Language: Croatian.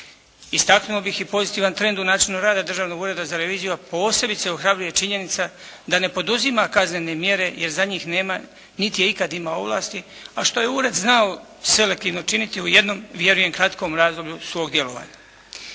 Istaknuo bih i pozitivan trend u načinu rad Državnog ureda za reviziju a posebice ohrabruje činjenica da ne poduzima kaznene mjere jer za njih nema niti je ikad imao ovlasti a što je Ured znao selektivno činiti u jednom vjerujem kratkom razdoblju svog djelovanja.